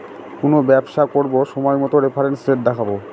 কোনো ব্যবসা করবো সময় মতো রেফারেন্স রেট দেখাবো